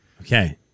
Okay